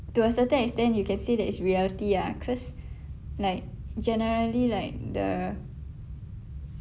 to a certain extent you can say that it's reality ah cause like generally like the